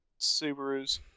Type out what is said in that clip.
Subarus